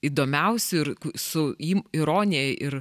įdomiausių ir su į ironija ir